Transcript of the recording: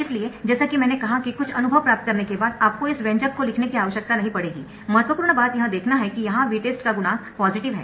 इसलिए जैसा कि मैंने कहा कि कुछ अनुभव प्राप्त करने के बाद आपको इस व्यंजक को लिखने की आवश्यकता नहीं पड़ेगी महत्वपूर्ण बात यह देखना है कि यहाँ Vtest का गुणांक पॉजिटिव है